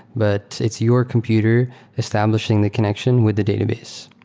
but it's your computer establishing the connection with the database.